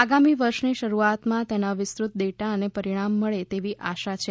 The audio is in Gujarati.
આગામી વર્ષની શરૂઆતમાં તેના વિસ્તૃત ડેટા અને પરિણામ મળે તેવી આશા છે